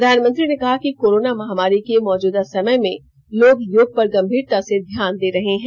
प्रधानमंत्री ने कहा कि कोरोना महामारी के मौजूदा समय में लोग योग पर गंभीरता से ध्यान दे रहे हैं